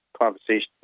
conversation